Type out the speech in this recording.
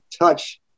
touch